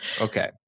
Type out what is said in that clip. Okay